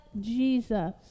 Jesus